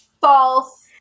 false